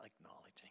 acknowledging